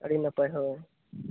ᱟᱹᱰᱤ ᱱᱟᱯᱟᱭ ᱦᱳᱭ